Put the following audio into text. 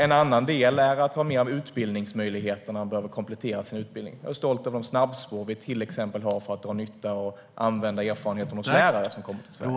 En annan del är att ha mer utbildningsmöjligheter för dem som behöver komplettera sin utbildning. Jag är stolt över de snabbspår vi har för att till exempel dra nytta av och använda erfarenheterna hos de lärare som kommer till Sverige.